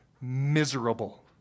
miserable